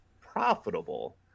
profitable